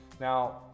Now